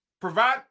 Provide